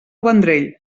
vendrell